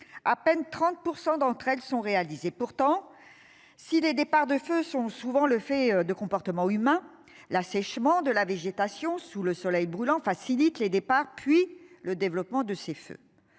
à peine 30% d'entre elles sont réalisées. Pourtant si les départs de feu sont souvent le fait de comportements humains. L'assèchement de la végétation sous le soleil brûlant facilite les départs, puis le développement de ces feux.